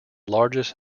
largest